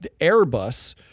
Airbus